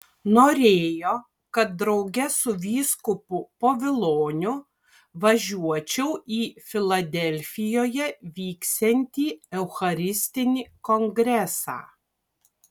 norėjo kad drauge su vyskupu poviloniu važiuočiau į filadelfijoje vyksiantį eucharistinį kongresą